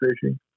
fishing